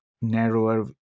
narrower